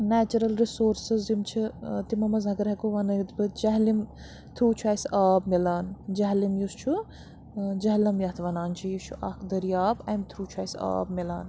natural resources یِم چھِ تِمو منٛز اَگر ہیٚکو وَنٲیِتھ بہٕ جہلِم تھرٛوٗ چھُ اَسہِ آب مِلان جہلِم یُس چھُ جہلِم یَتھ وَنان چھِ یہِ چھُ اَکھ دٔریاب اَمہِ تھرٛوٗ چھُ اَسہِ آب مِلان